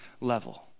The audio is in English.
level